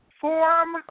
form